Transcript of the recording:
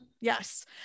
Yes